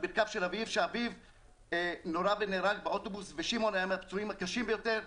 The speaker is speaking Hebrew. שאביו נורה ונהרג באוטובוס ושמעון היה מהפצועים הקשים ביותר.